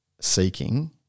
seeking